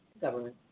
Government